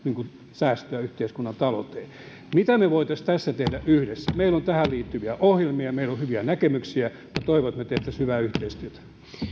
säästöä yhteiskunnan talouteen mitä me voisimme tässä tehdä yhdessä meillä on tähän liittyviä ohjelmia meillä on hyviä näkemyksiä minä toivon että me tekisimme hyvää yhteistyötä